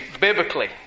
biblically